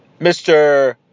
Mr